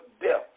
death